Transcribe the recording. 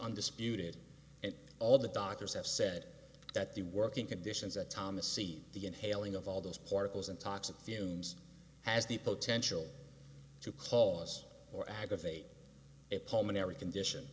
undisputed and all the doctors have said that the working conditions that thomas see the inhaling of all those particles and toxic fumes has the potential to cause or aggravate a pulmonary condition